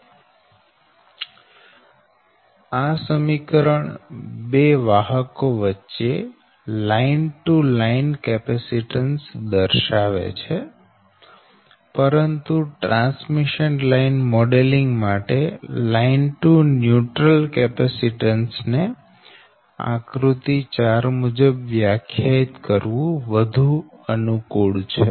તો આ સમીકરણ બે વાહકો વચ્ચે લાઈન ટુ લાઈન કેપેસીટન્સ દર્શાવે છે પરંતુ ટ્રાન્સમીશન લાઈન મોડેલિંગ માટે લાઈન ટુ ન્યુટ્રલ કેપેસીટન્સ ને આકૃતિ 4 મુજબ વ્યાખ્યાયિત કરવું વધુ અનુકૂળ છે